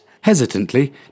Hesitantly